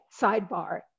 sidebar